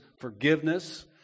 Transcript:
forgiveness